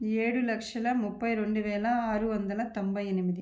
ఏడు లక్షల ముప్పై రెండు వేల ఆరు వందల తొంభై ఎనిమిది